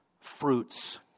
fruits